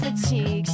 fatigue